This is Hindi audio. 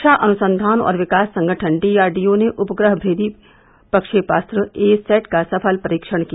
रक्षा अनुसंधान और विकास संगठन डीआर डीओ ने उपग्रहमेदी प्रक्षेपास्त्र ए सैट का सफल परीक्षण किया